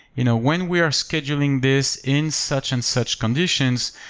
you know when we are scheduling this in such and such conditions,